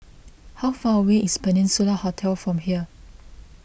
how far away is Peninsula Hotel from here